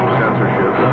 censorship